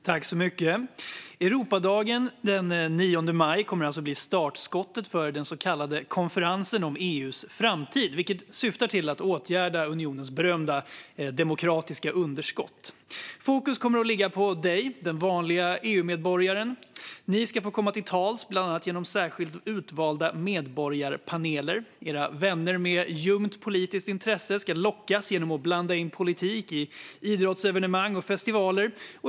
Fru talman! Europadagen den 9 maj kommer alltså att bli startskottet för den så kallade konferensen om EU:s framtid, vilken syftar till att åtgärda unionens berömda demokratiska underskott. Fokus kommer att ligga på dig, den vanliga EU-medborgaren. Ni ska få komma till tals bland annat genom särskilt utvalda medborgarpaneler. Era vänner med ljumt politiskt intresse ska lockas genom att politik blandas in i idrottsevenemang och festivaler.